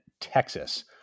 Texas